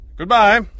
Goodbye